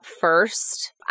first